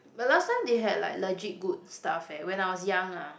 the last time they had like legit good stuff eh when I was young ah